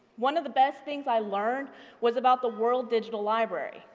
one of the best things i learned was about the world digital library.